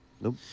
Nope